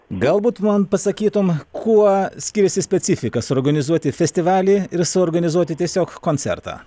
galbūt tu man pasakytum kuo skiriasi specifika suorganizuoti festivalį ir suorganizuoti tiesiog koncertą